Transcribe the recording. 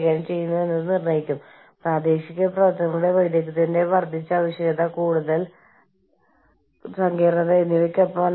കൂടാതെ സംഘടനയിൽ യൂണിയൻ രഹിതമായ സാഹചര്യം അത് രാജ്യത്തിനനുസരിച്ച് സ്ഥലങ്ങൾക്കനുസരിച്ച് വ്യത്യാസപ്പെടാം